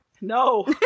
No